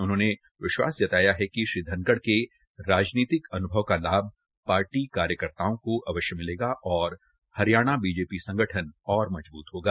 उन्होंने विश्वास जताया है कि श्री धनखड़ के राजनीतिक अनुभव का लाभ पार्टी कार्यकर्ताओं को अवश्य मिलेगा और हरियाणा बी जी पी संगठन और मजबूत होगा